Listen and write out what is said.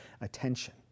attention